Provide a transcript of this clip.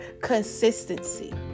consistency